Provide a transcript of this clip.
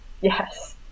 Yes